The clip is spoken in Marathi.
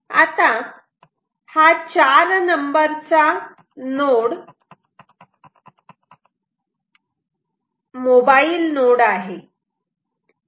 आता हा 4 चार नंबरचा नोड मोबाईल नोड आहे